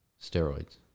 steroids